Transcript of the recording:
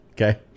okay